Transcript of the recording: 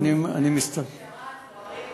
אני, היה אסיר שירה על סוהרים.